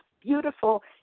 beautiful